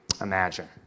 imagine